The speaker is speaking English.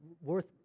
worth